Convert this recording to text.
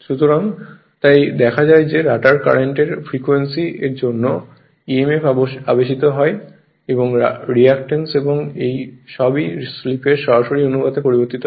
সুতরাং তাই দেখা যায় যে রটার কারেন্টের এর ফ্রিকোয়েন্সি এর জন্য emf আবেশিত হয় এবং রিয়্যাক্ট্যান্স এবং এই সবই স্লিপের সরাসরি অনুপাতে পরিবর্তিত হয়